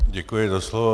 Děkuji za slovo.